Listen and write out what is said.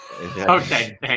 Okay